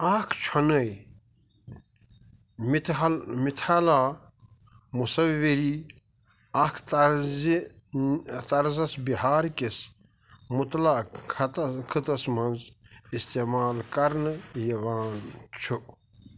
اَکھ چھُنٕے مِتِہل مِتھالا مُصَوری اَکھ طرزِ طرزَس بِہارکِس مُتلا خطہٕ خٕطس منٛز اِستعمال کرنہٕ یِوان چھُ